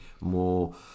more